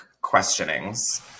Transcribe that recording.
questionings